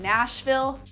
Nashville